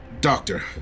Doctor